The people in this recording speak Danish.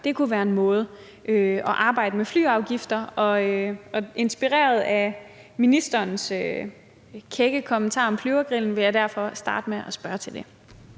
Det kunne være en måde at arbejde med flyafgifter på. Og inspireret af ministerens kække kommentar om Flyvergrillen vil jeg starte med at spørge til det.